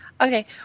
Okay